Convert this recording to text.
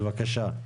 בבקשה.